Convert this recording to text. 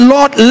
Lord